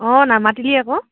অঁ নামাতিলি আকৌ